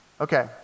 Okay